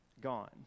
gone